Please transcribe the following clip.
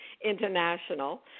international